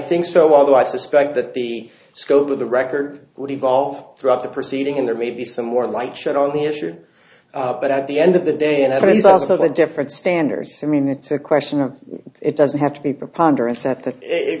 think so although i suspect that the scope of the record would evolve throughout the proceeding in there may be some more light shed on the issue but at the end of the day and it is also the different standard i mean it's a question of it doesn't have to be preponder